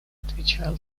отвечал